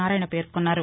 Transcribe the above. నారాయణ పేర్కొన్నారు